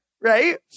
right